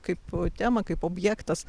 kaip a tema kaip objektas